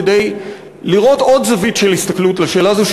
כדי לראות עוד זווית של הסתכלות על השאלה הזאת,